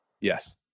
Yes